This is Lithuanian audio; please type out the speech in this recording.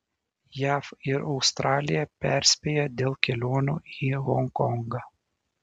jav ir australija perspėja dėl kelionių į honkongą